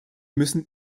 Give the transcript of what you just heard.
müssen